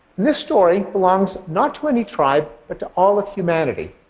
this story belongs not to any tribe but to all of humanity,